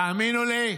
תאמינו לי,